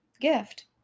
gift